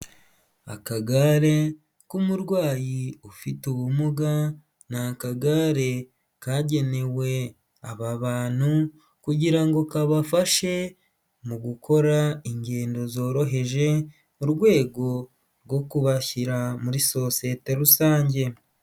Akagare k'umurwayi ufite ubumuga, ni akagare kagenewe aba bantu kugira ngo kabafashe mu gukora ingendo zoroheje mu rwego rwo kubashyira muri sosiyete rusange.